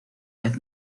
vez